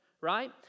right